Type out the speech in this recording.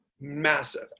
massive